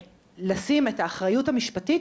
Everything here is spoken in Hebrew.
לשים את האחריות המשפטית,